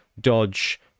dodge